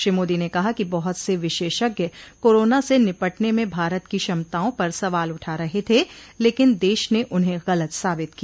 श्री मोदी ने कहा कि बहुत से विशेषज्ञ कोरोना से निपटने में भारत की क्षमताओं पर सवाल उठा रहे थे लेकिन देश ने उन्हें गलत साबित किया